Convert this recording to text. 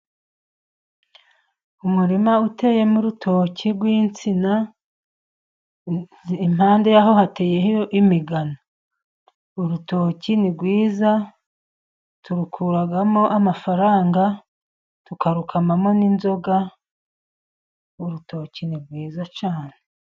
Umurima uteyemo urutoki rw'insina, impande yaho hateyeho imigano. Urutoki ni rwiza, turukuramo amafaranga, tukarukamamo n'inzoga, urutoki ni rwiza cyane.